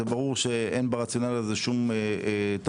זה ברור שאין ברציונל הזה שום תוכן,